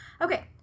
okay